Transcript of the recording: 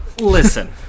Listen